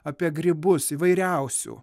apie grybus įvairiausių